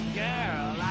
girl